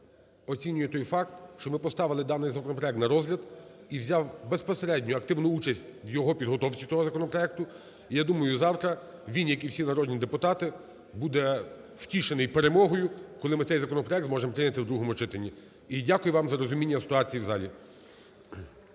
оцінює той факт, що ми поставили даний законопроект на розгляд, і взяв безпосередньо активну участь в його підготовці, цього законопроекту. Я думаю, завтра він, як і всі народні депутати, буде втішений перемогою, коли ми цей законопроект зможемо прийняти в другому читанні. І дякую вам за розуміння ситуації в залі.